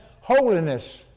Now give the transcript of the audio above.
holiness